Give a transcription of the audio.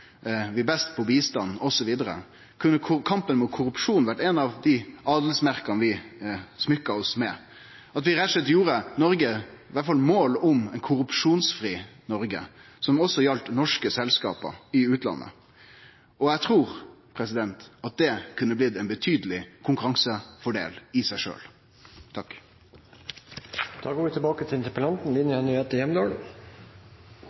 er best på bistand osv., kunne kampen mot korrupsjon ha vore eit av dei adelsmerka vi smykkar oss med, at vi rett og slett gjer Noreg – i alle fall at vi har det som mål – til eit korrupsjonsfritt Noreg, som òg gjeld for norske selskap i utlandet. Eg trur at det kunne ha blitt ein betydeleg konkurransefordel i seg